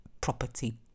property